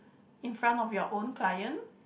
in front of your own client